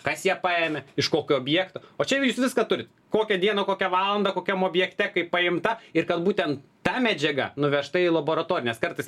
kas ją paėmė iš kokio objekto o čia jau jūs viską turit kokią dieną kokią valandą kokiam objekte kaip paimta ir kad būten ta medžiaga nuvežta į laboratoriją nes kartais